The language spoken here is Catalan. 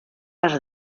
les